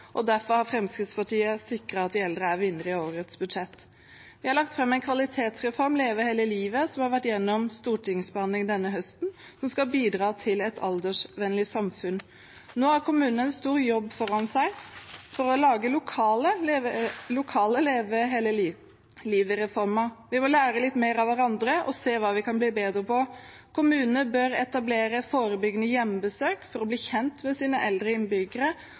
og derfor har Fremskrittspartiet sikret at de eldre er vinnere i årets budsjett. Vi har lagt fram en kvalitetsreform, «Leve hele livet», som har vært igjennom stortingsbehandling denne høsten, som skal bidra til et aldersvennlig samfunn. Nå har kommunene en stor jobb foran seg for å lage lokale «Leve hele livet»-reformer. Vi må lære litt mer av hverandre og se hva vi kan bli bedre på. Kommunene bør etablere forebyggende hjemmebesøk for å bli kjent med sine eldre innbyggere